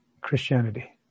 Christianity